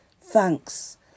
thanks